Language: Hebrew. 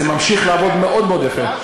זה ממשיך לעבוד מאוד מאוד יפה.